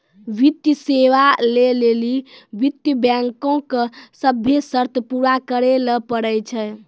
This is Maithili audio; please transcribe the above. वित्तीय सेवा लै लेली वित्त बैंको के सभ्भे शर्त पूरा करै ल पड़ै छै